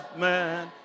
man